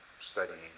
studying